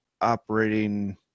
operating